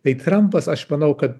tai trampas aš manau kad